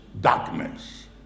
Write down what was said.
darkness